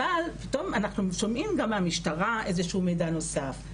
אבל פתאום אנחנו שומעים גם מהמשטרה איזשהו מידע נוסף,